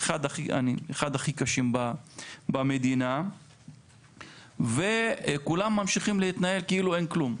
בין הכי קשים במדינה וכולם ממשיכים להתנהל כאילו אין כלום.